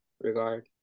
regard